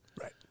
Right